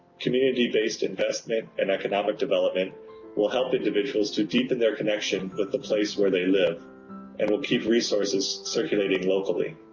community-based investment and economic development will help individuals to deepen their connection with the place where they live and will keep resources circulating locally.